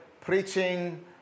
preaching